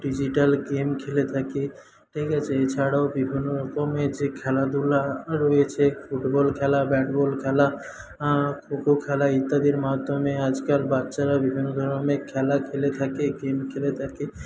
digital game খেলে থাকে ঠিক আছে এছাড়াও বিভিন্ন রকমের যে খেলাধুলা রয়েছে ফুটবল খেলা ব্যাটবল খেলা খোখো খেলা ইত্যাদির মাধ্যমে আজকাল বাচ্চারা বিভিন্ন ধরনের খেলা খেলে থাকে গেম খেলে থাকে